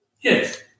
Yes